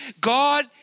God